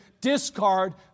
discard